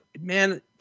man